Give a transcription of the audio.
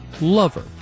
lover